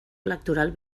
electoral